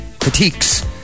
critiques